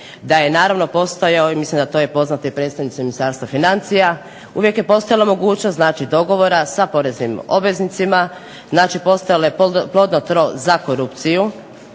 da je naravno postojao, i mislim da to je poznato i predstavnici Ministarstva financija, uvijek je postojala mogućnost znači dogovora sa poreznim obveznicima, znači postojalo je plodno tlo za korupciju